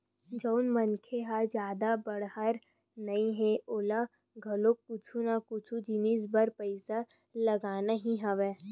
जउन मनखे ह जादा बड़हर नइ हे ओला घलो कुछु ना कुछु जिनिस बर पइसा लगना ही हवय